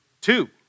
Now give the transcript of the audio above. Two